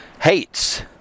hates